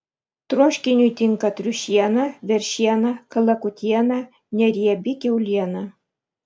troškiniui tinka triušiena veršiena kalakutiena neriebi kiauliena